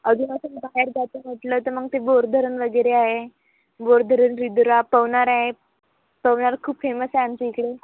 अजून असं बाहेर जायचं म्हटलं तर मग ते बोर धरण वगैरे आहे बोर धरण रिदुरा पवनार आहे पवनार खूप फेमस आहे आमच्या इकडे